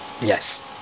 yes